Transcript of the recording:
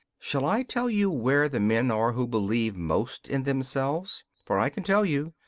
shall i tell you where the men are who believe most in themselves? for i can tell you.